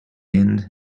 end